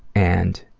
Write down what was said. and